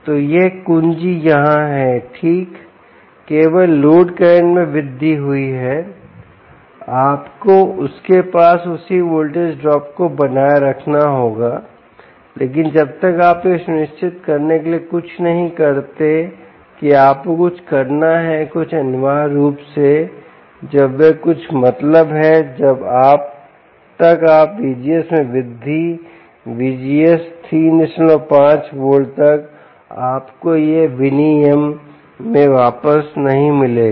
तो यह कुंजी यहाँ है ठीक केवल लोड करंट में वृद्धि हुई है आपको उसके पास उसी वोल्टेज ड्रॉप को बनाए रखना होगा लेकिन जब तक आप यह सुनिश्चित करने के लिए कुछ नहीं करते कि आपको कुछ करना है कुछ अनिवार्य रूप से जब वे कुछ मतलब है जब तक आप VGS में वृद्धि VGS 35 वोल्ट तक आपको यह विनियमन में वापस नहीं मिलेगा